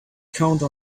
counter